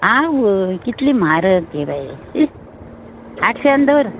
आवय कितली म्हारग गे बाये शी आठशान दर